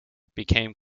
became